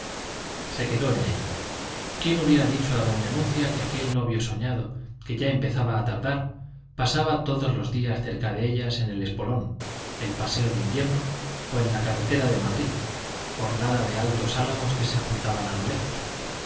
se quedó en ello quién hubiera dicho a doña anuncia que aquel novio soñado que ya empezaba a tardar pasaba todos los días cerca de ellas en el espolón el paseo de invierno o en la carretera de madrid orlada de altos álamos que se juntaban a lo lejos